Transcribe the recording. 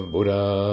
Buddha